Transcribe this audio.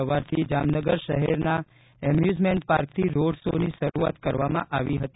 સવારથી જામનગર શહેરના એમ્યુઝમેન્ટ પાર્કથી રોડ શો ની શરૂઆત કરવામાં આવી હતી